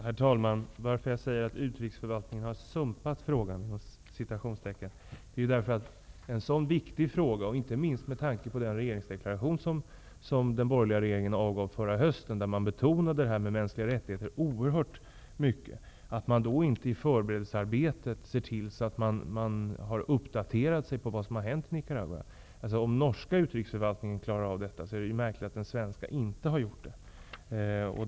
Herr talman! Jag sade att utrikesförvaltningen hade ''sumpat'' frågan, eftersom man i sitt förberedelsearbete inte har uppdaterat sig när det gäller vad som har hänt i Nicaragua. I den regeringsförklaring som den borgerliga regeringen avgav förra hösten betonade man frågan om mänskliga rättigheter oerhört mycket. Om den norska utrikesförvaltningen klarar av detta är det märkligt att den svenska inte har gjort det.